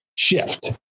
shift